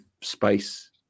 space